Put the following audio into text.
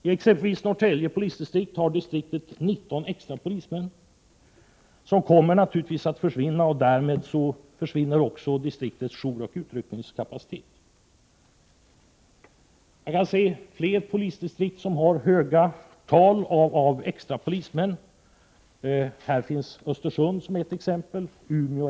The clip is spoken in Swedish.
I exempelvis Norrtälje polisdistrikt har man 19 extra polismän, som naturligtvis kommer att försvinna, och därmed försvinner också distriktets jouroch utryckningskapacitet. Det finns fler polisdistrikt som har ett stort antal extra polismän, t.ex. Östersund och Umeå.